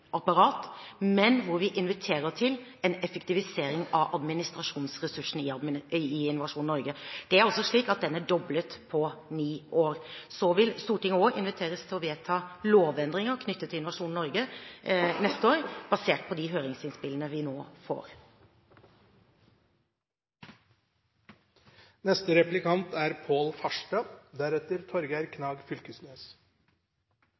virkemiddelapparat, men hvor vi inviterer til en effektivisering av administrasjonsressursene i Innovasjon Norge. De er doblet på ni år. Stortinget vil neste år inviteres til å vedta lovendringer knyttet til Innovasjon Norge, basert på de høringsinnspillene vi nå får. Venstre er